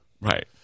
Right